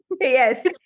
Yes